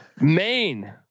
Maine